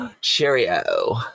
Cheerio